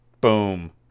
Boom